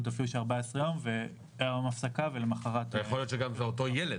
של 14 ימים והיה יום הפסקה ולמחרת --- יכול להיות שזה אותו ילד,